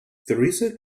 theresa